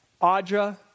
Audra